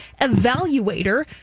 evaluator